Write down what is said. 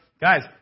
Guys